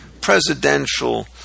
presidential